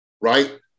right